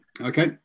okay